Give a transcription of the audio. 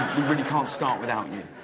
we really can't start without you.